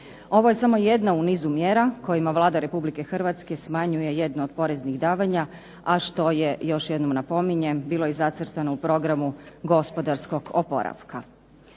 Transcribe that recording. Ovo je samo jedna u nizu mjera kojima Vlada Republike Hrvatske smanjuje jedno od poreznih davanja, a što je još jednom napominjem bilo i zacrtano u programu gospodarskog oporavka.